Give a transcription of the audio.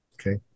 Okay